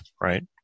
right